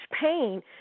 pain